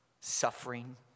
suffering